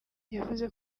yavuze